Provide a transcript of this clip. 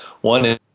One